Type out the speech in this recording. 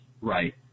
Right